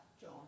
John